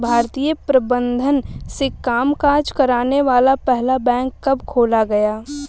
भारतीय प्रबंधन से कामकाज करने वाला पहला बैंक कब खोला गया?